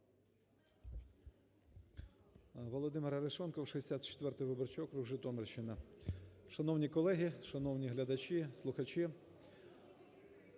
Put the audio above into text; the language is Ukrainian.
Володимир Арешонков, 64 виборчий округ, Житомирщина. Шановні колеги! Шановні глядачі, слухачі!